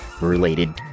related